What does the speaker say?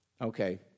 Okay